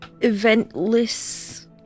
eventless